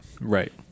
right